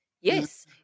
Yes